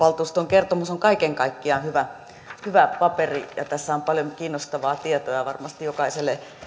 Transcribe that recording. kertomus on kaiken kaikkiaan hyvä paperi ja tässä on paljon kiinnostavaa tietoa ja varmasti jokaiselle